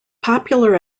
popular